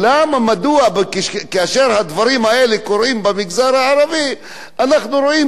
למה כאשר הדברים האלה קורים במגזר הערבי אנחנו רואים